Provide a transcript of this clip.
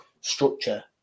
structure